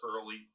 early